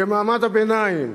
במעמד הביניים,